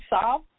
solve